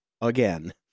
Again